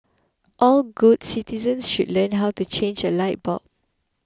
all good citizens should learn how to change a light bulb